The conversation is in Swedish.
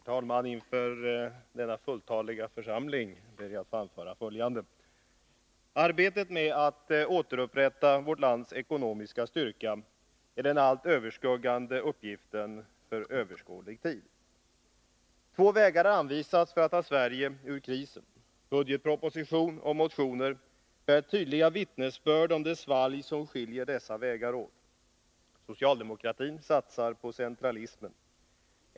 Herr talman! Inför denna fulltaliga församling ber jag att få anföra följande. Arbetet med att återupprätta vårt lands ekonomiska styrka är den allt överskuggande uppgiften för överskådlig tid. Två vägar har anvisats för att ta Sverige ur krisen. Budgetproposition och motioner bär tydliga vittnesbörd om det svalg som skiljer dessa vägar åt. Socialdemokraterna satsar på centralismen.